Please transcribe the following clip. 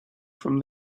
from